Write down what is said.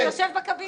הוא יושב בקבינט.